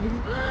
haha